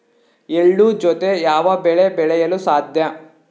ಎಳ್ಳು ಜೂತೆ ಯಾವ ಬೆಳೆ ಬೆಳೆಯಲು ಸಾಧ್ಯ?